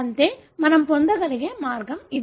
అంటే మనం పొందగలిగే మార్గం ఇది